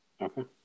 Okay